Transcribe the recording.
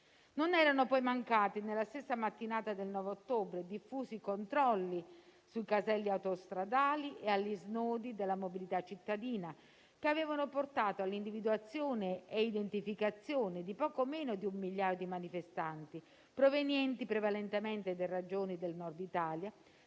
Non erano poi mancati, nella stessa mattinata del 9 ottobre, diffusi controlli sui caselli autostradali e agli snodi della mobilità cittadina, che avevano portato all'individuazione e identificazione di poco meno di un migliaio di manifestanti, provenienti prevalentemente dalle Regioni del Nord Italia,